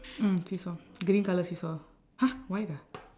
mm seesaw green colour seesaw !huh! white ah